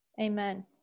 Amen